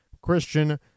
Christian